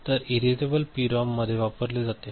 तर हे erasable PROM मध्ये वापरले जाते